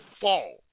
fall